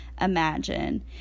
imagine